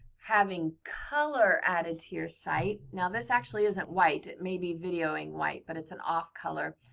having color added to your site. now, this actually isn't white. it maybe videoing white but it's an off-color.